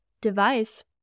device